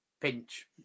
pinch